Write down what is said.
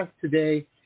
today